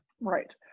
Right